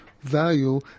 value